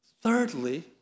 Thirdly